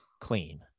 clean